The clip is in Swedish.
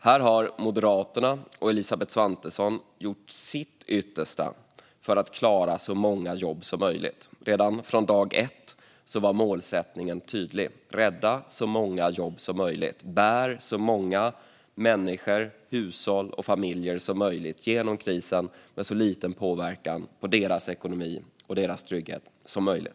Här har Moderaterna och Elisabeth Svantesson gjort sitt yttersta för att klara så många jobb som möjligt. Redan från dag ett var målet tydligt, nämligen att rädda så många jobb som möjligt, att bära så många människor, hushåll och familjer som möjligt genom krisen med så liten påverkan på deras ekonomi och deras trygghet som möjligt.